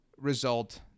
result